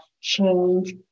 change